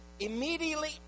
Immediately